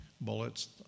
bullets